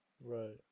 Right